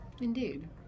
Indeed